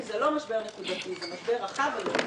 כי זה לא משבר נקודתי, זה משבר רחב ולאומי.